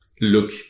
look